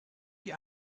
wie